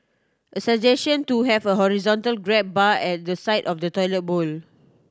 a suggestion to have a horizontal grab bar at the side of the toilet bowl